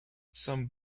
some